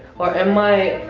or am i